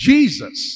Jesus